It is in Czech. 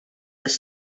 bez